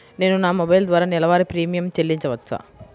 నేను నా మొబైల్ ద్వారా నెలవారీ ప్రీమియం చెల్లించవచ్చా?